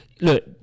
look